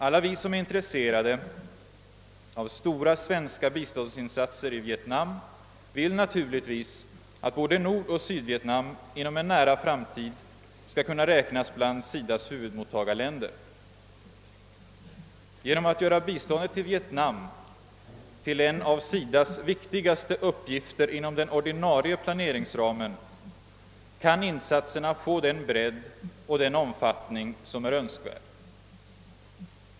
Alla vi som är intresserade av stora svenska biståndsinsatser i Vietnam vill naturligtvis att både Nordoch Sydvietnam inom en nära framtid skall kunna räknas till SIDA :s huvudmottagarländer. Genom att göra biståndet till Vietnam till en av SIDA:s viktigaste uppgifter inom den ordinarie planeringsramen kan insatserna få den bredd och omfattning som är önskvärd.